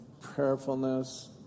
prayerfulness